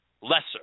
lesser